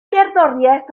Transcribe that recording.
gerddoriaeth